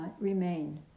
remain